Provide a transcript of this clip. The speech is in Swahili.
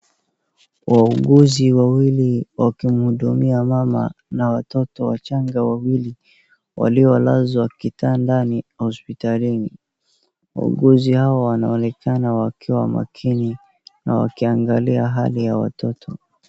Wauguzi wawili wakimhudumia mama na watoto wachanga wawili waliolazwa kitandani hospitalini. Wauguzi hawa wanaonekana wakiwa makini na wakiangalia hali ya watoto.